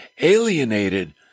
alienated